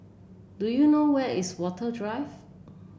do you know where is Watten Drive